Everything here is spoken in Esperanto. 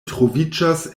troviĝas